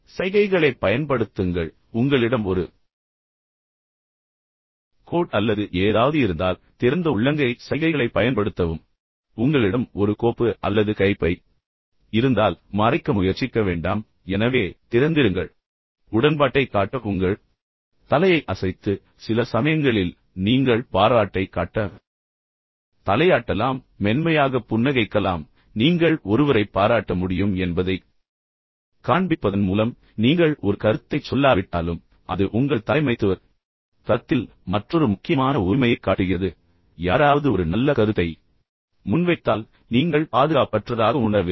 எனவே அதை மறைக்க முயற்சிக்காதீர்கள் உங்களிடம் ஒரு கோட் அல்லது ஏதாவது இருந்தால் திறந்த உள்ளங்கை சைகைகளைப் பயன்படுத்தவும் உங்களிடம் ஒரு கோப்பு அல்லது கைப்பை இருந்தால் மறைக்க முயற்சிக்க வேண்டாம் எனவே நீங்கள் அதை இங்கே வைத்து பின்னர் மறைக்க முயற்சிக்கிறீர்கள் அதை செய்ய வேண்டாம் எனவே திறந்திருங்கள் உடன்பாட்டைக் காட்ட உங்கள் தலையை அசைத்து சில சமயங்களில் நீங்கள் பாராட்டை காட்ட தலையாட்டலாம் மென்மையாக புன்னகைக்கலாம் நீங்கள் ஒருவரைப் பாராட்ட முடியும் என்பதைக் காண்பிப்பதன் மூலம் நீங்கள் ஒரு கருத்தைச் சொல்லாவிட்டாலும் அது உங்கள் தலைமைத்துவத் தரத்தில் மற்றொரு முக்கியமான உரிமையைக் காட்டுகிறது யாராவது ஒரு நல்ல கருத்தை முன்வைத்தால் நீங்கள் பாதுகாப்பற்றதாக உணரவில்லை